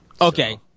Okay